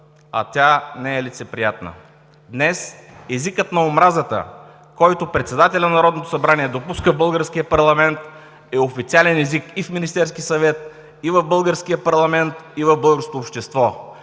а тя не е лицеприятна. Днес езика на омразата, който председателят на Народното събрание допуска в българския парламент, е официален език и в Министерския съвет, и в българския парламент, и в българското общество.